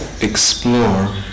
explore